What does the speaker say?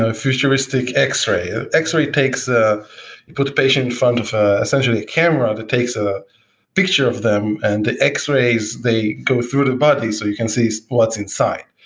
ah futuristic x-ray. ah x-ray takes ah you put the patient in front of essentially a camera that takes a picture of them, and the x-rays they go through the body so you can see what's inside.